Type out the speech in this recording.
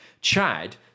chad